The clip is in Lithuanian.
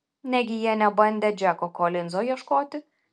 negi jie nebandė džeko kolinzo ieškoti